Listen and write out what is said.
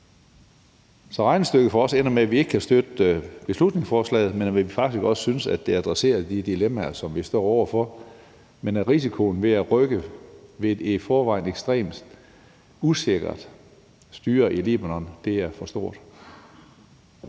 Så regnestykket for os ender med, at vi ikke kan støtte beslutningsforslaget. Vi synes faktisk, at det adresserer de dilemmaer, som vi står over for, men at risikoen ved at rykke ved et i forvejen ekstremt usikkert styre i Libanon er for stor.